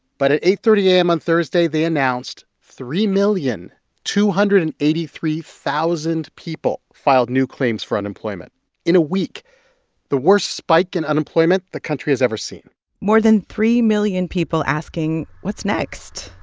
but at eight thirty a m. on thursday, they announced three million two hundred and eighty three thousand people filed new claims for unemployment in a week the worst spike in unemployment the country has ever seen more than three million people asking, what's next?